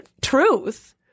truth